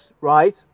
right